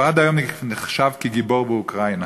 הוא עד היום נחשב כגיבור באוקראינה,